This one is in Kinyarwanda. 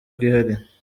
bwihariye